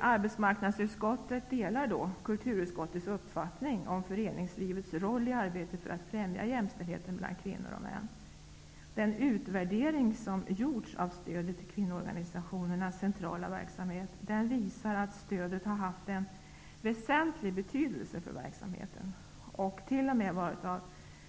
Arbetsmarknadsutskottet delar kulturutskottets uppfattning om föreningslivets roll i arbetet för att främja jämställdhet mellan kvinnor och män. Den utvärdering som gjorts av stödet till kvinnoorganisationernas centrala verksamhet visar att stödet har haft en väsentlig betydelse för verksamheten och t.o.m. varit